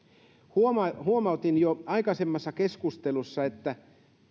huomautin huomautin jo aikaisemmassa keskustelussa että